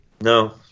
no